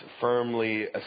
firmly